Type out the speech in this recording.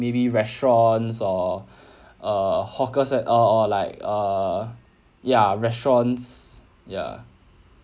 maybe restaurants or err hawker cen~ err like err ya restaurants ya